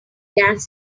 gas